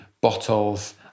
bottles